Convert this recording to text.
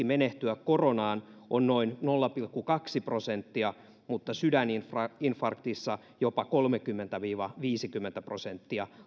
menehtyä koronaan on noin nolla pilkku kaksi prosenttia mutta sydäninfarktissa jopa kolmekymmentä viiva viisikymmentä prosenttia